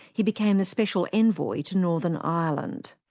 he became the special envoy to northern ireland.